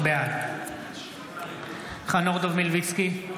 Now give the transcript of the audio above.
בעד חנוך דב מלביצקי,